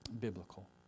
biblical